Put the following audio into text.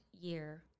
year